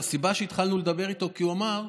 הסיבה שהתחלנו לדבר איתו היא כי הוא אמר: